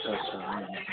अच्छा अच्छा हा हा